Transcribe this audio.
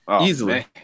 easily